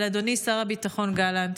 אבל אדוני שר הביטחון גלנט,